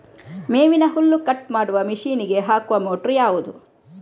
ಮೇವಿನ ಹುಲ್ಲು ಕಟ್ ಮಾಡುವ ಮಷೀನ್ ಗೆ ಹಾಕುವ ಮೋಟ್ರು ಯಾವುದು?